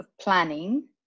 planning